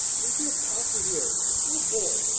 you just ought to hear him. oh, boy!